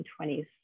1920s